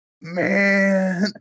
man